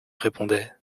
répondait